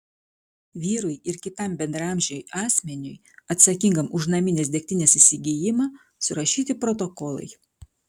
vyrui ir kitam bendraamžiui asmeniui atsakingam už naminės degtinės įsigijimą surašyti protokolai